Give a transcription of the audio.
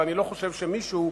ואני לא חושב שמישהו,